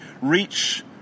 reach